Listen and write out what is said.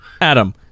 Adam